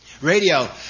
Radio